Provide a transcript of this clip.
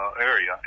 area